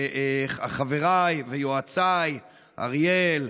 לחבריי ויועציי אריאל,